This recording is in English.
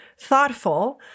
thoughtful